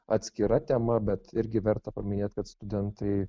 atskira tema bet irgi verta paminėt kad studentai